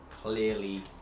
clearly